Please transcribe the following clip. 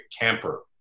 camper